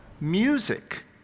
Music